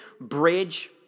bridge